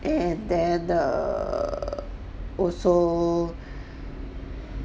and then uh also